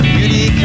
Beauty